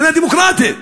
מדינה דמוקרטית.